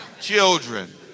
Children